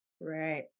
Right